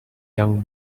young